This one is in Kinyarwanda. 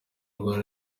rwari